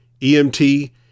EMT